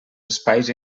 espais